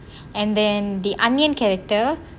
and then the anniyan character